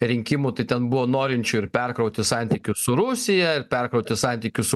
rinkimų tai ten buvo norinčių ir perkrauti santykius su rusija ir perkrauti santykius su